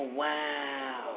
wow